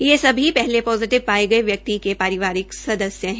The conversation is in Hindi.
ये सभी पहले पोजिटिव पाये गये व्यक्ति के पारिवारिक सदस्य है